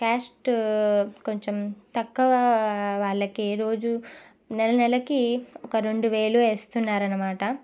cost కొంచెం తక్కువ వాళ్ళకి రోజూ నెల నెలకి ఒక రెండు వేలు వేస్తున్నారు అన్నమాట